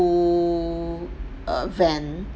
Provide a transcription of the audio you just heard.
school van